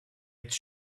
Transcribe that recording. its